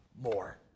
more